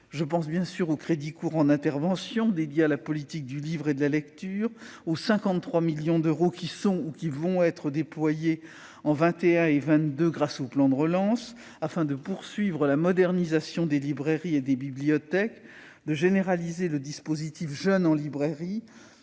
Je pense, bien sûr, aux crédits courants d'intervention dédiés à la politique du livre et de la lecture, aux 53 millions d'euros qui sont ou qui seront déployés en 2021 et en 2022 grâce au plan de relance afin de poursuivre la modernisation des librairies et des bibliothèques, de généraliser le dispositif « Jeunes en librairie »